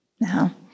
Now